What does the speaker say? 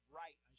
right